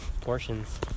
Portions